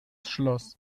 schloss